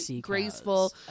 graceful